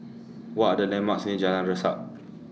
What Are The landmarks near Jalan Resak